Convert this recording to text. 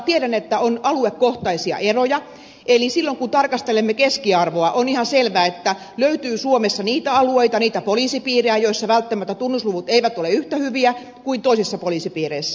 tiedän että on aluekohtaisia eroja eli silloin kun tarkastelemme keskiarvoa on ihan selvä että löytyy suomessa niitä alueita niitä poliisipiirejä joissa välttämättä tunnusluvut eivät ole yhtä hyviä kuin toisissa poliisipiireissä